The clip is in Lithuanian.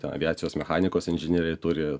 ten aviacijos mechanikos inžinieriai turi